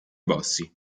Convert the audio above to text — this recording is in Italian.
bossi